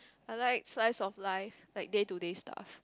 I like slice of life like day to day stuff